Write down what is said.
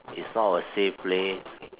it is not a safe place